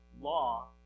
law